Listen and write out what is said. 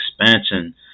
expansion